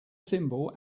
symbol